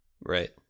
right